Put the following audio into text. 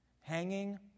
Hanging